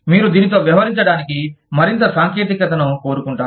మీరుదీనితో వ్యవహరించడానికి మరింత సాంకేతికతను కోరుకుంటారు